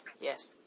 Yes